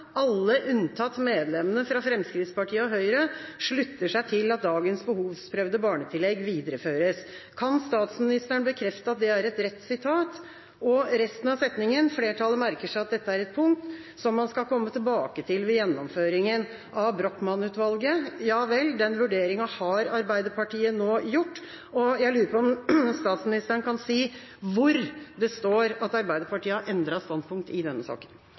alle unntatt medlemmene fra Fremskrittspartiet og Høyre, slutter seg til at dagens behovsprøvde barnetillegg videreføres.» Kan statsministeren bekrefte at det er et rett sitat? Resten av merknaden lyder: «Flertallet merker seg at dette er et punkt som man skal komme tilbake til ved gjennomføringen av Brochmann-utvalget.» Den vurderingen har Arbeiderpartiet nå gjort. Jeg lurer på om statsministeren kan si hvor det står at Arbeiderpartiet har endret standpunkt i denne saken.